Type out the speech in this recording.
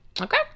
okay